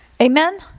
Amen